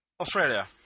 Australia